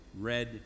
Red